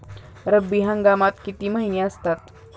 रब्बी हंगामात किती महिने असतात?